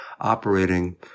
operating